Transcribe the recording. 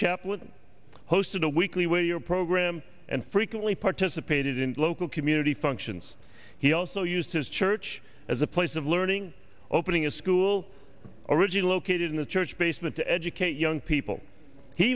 chaplain hosted a weekly weigh your program and frequently participated in local community functions he also used his church as a place of learning opening a school original located in a church basement to educate young people he